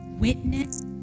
witness